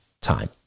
time